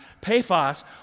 Paphos